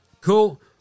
cool